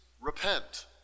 repent